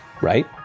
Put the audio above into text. Right